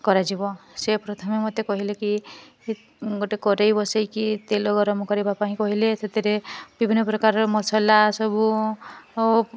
କରାଯିବ ସେ ପ୍ରଥମେ ମୋତେ କହିଲେ କି ଗୋଟେ କରେଇ ବସେଇ କି ତେଲ ଗରମ କରିବା ପାଇଁ କହିଲେ ସେଥିରେ ବିଭିନ୍ନ ପ୍ରକାରର ମସଲା ସବୁ